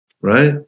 Right